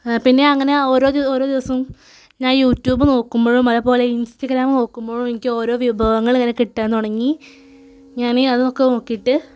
പിന്നെ അങ്ങനെ ഓരോ ഓരോ ദിവസവും ഞാൻ യൂട്യൂബ് നോക്കുമ്പോഴും അതേപോലെ ഇൻസ്റ്റാഗ്രാം നോക്കുമ്പോഴും എനിക്ക് ഓരോ വിഭവങ്ങള് ഇങ്ങനെ കിട്ടാൻ തുടങ്ങി ഞാന് അതൊക്കെ നോക്കിയിട്ട്